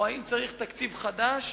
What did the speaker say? או האם צריך תקציב חדש?